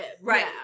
right